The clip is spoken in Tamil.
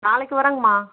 நாளைக்கு வரோங்கம்மா